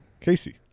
Casey